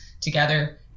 together